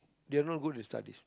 they're not good with studies